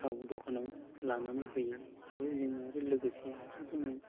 थाव द'खानाव लानानै फैयो आरो जों आरो लोगोसे आरो जोङो